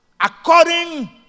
according